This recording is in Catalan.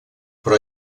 però